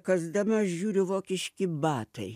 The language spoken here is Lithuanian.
kasdama žiūriu vokiški batai